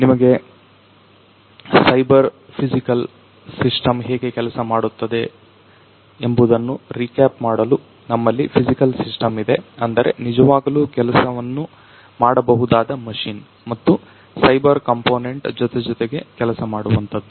ನಿಮಗೆ cyber physical system ಹೇಗೆ ಕೆಲಸ ಮಾಡುತ್ತದೆ ಎಂಬುದನ್ನು ರೀಕ್ಯಾಪ್ ಮಾಡಲು ನಮ್ಮಲ್ಲಿ ಫಿಸಿಕಲ್ ಸಿಸ್ಟಮ್ ಇದೆ ಅಂದರೆ ನಿಜವಾಗಲೂ ಕೆಲಸವನ್ನು ಮಾಡಬಹುದಾದ ಮಷೀನ್ ಮತ್ತು ಸೈಬರ್ ಕಂಪೋನೆಂಟ್ ಜೊತೆಜೊತೆಗೆ ಕೆಲಸ ಮಾಡುವಂತದ್ದು